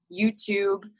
YouTube